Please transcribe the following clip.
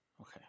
Okay